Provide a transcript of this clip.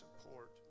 support